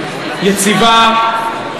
יציבה,